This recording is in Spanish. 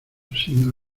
sino